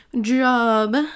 job